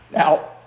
Now